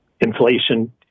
inflation